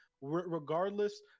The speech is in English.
Regardless